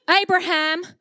Abraham